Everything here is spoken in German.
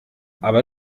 aber